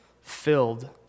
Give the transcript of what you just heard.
filled